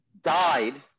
died